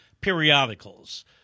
periodicals